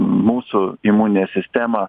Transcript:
mūsų imuninė sistema